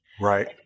Right